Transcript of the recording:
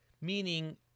Meaning